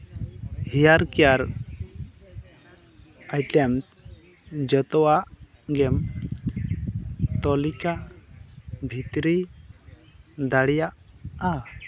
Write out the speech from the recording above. hair care items ᱡᱚᱛᱚᱣᱟᱜ ᱜᱮᱢ ᱛᱟᱹᱞᱤᱠᱟ ᱵᱷᱤᱛᱨᱤ ᱫᱟᱲᱮᱭᱟᱜᱼᱟ